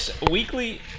weekly